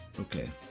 Okay